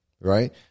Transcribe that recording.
right